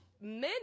Men